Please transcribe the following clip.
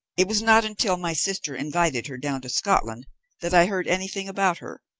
it was not until my sister invited her down to scotland that i heard anything about her.